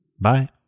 Bye